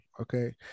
okay